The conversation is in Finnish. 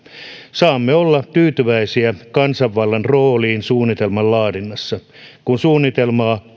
saamme olla tyytyväisiä kansanvallan rooliin suunnitelman laadinnassa kun suunnitelmaa